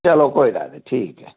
चलो कोई गल्ल निं ठीक ऐ